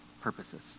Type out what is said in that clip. purposes